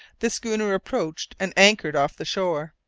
the schooner approached and anchored off the shore.